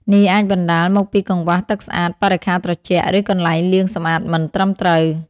នេះអាចបណ្តាលមកពីកង្វះទឹកស្អាត បរិក្ខារត្រជាក់ ឬកន្លែងលាងសម្អាតមិនត្រឹមត្រូវ ។